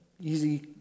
easy